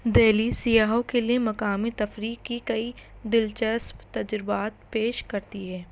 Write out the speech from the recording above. دہلی سیاحوں کے لیے مقامی تفریح کی کئی دلچسپ تجربات پیش کرتی ہے